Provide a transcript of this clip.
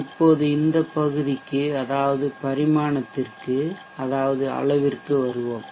இப்போது இந்த பகுதிக்கு அதாவது பரிமாணத்திற்கு அதாவது அளவிற்கு வருவோம்